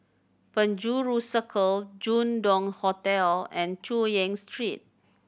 Penjuru Circle Jin Dong Hotel and Chu Yen Street